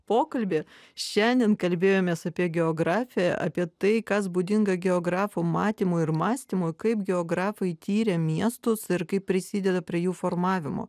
pokalbį šiandien kalbėjomės apie geografiją apie tai kas būdinga geografų matymui ir mąstymui kaip geografai tiria miestus ir kaip prisideda prie jų formavimo